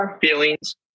feelings